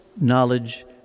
knowledge